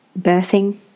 birthing